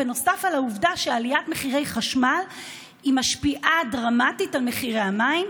נוסף על העובדה שעליית מחירי החשמל משפיעה דרמטית על מחירי המים: